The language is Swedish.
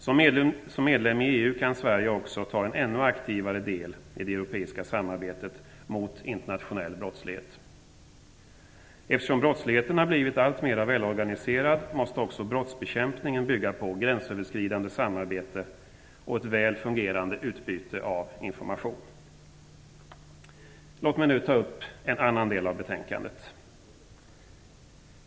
Som medlem i EU kan Sverige också ta en ännu aktivare del i det europeiska samarbetet mot internationell brottslighet. Eftersom brottsligheten har blivit alltmer välorganiserad måste också brottsbekämpningen bygga på gränsöverskridande samarbete och ett väl fungerande utbyte av information. Låt mig nu ta upp en annan del av betänkandet.